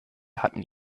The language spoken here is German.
hatten